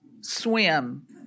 Swim